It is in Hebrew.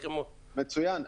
מצוין.